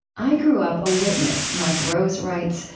i grew up a witness mike rose writes,